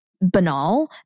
banal